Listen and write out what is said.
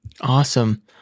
Awesome